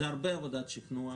זה הרבה עבודת שכנוע.